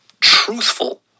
truthful